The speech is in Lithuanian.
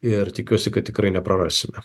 ir tikiuosi kad tikrai neprarasime